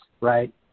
right